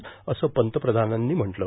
असं पंतप्रधानांनी म्हटलं आहे